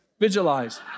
Vigilize